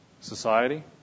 society